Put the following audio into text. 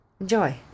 enjoy